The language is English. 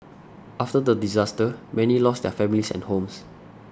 after the disaster many lost their families and homes